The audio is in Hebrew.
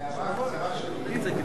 הבאת דוגמה לגבי השרים.